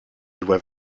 doit